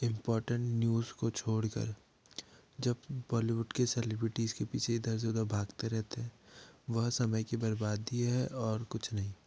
important news को छोड़ कर जब बॉलीवुड के सेलेब्रिटी के पीछे इधर से उधर भागते रहते हैं वह समय की बर्बादी है और कुछ नहीं